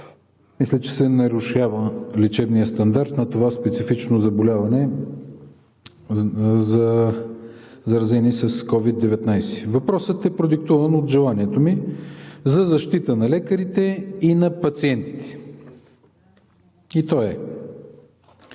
мисля, че се нарушава лечебният стандарт на това специфично заболяване за заразени с COVID-19. Въпросът е продиктуван от желанието ми за защита на лекарите и на пациентите и той е: